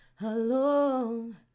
alone